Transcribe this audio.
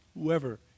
whoever